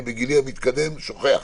בגילי המתקדם, אני שוכח.